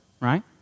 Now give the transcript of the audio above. right